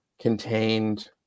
contained